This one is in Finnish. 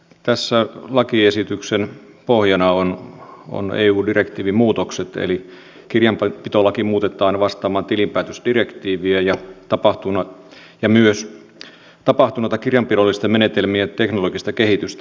tämän lakiesityksen pohjana ovat eu direktiivin muutokset eli kirjanpitolaki muutetaan vastaamaan tilinpäätösdirektiiviä ja myös tapahtunutta kirjanpidollisten menetelmien teknologista kehitystä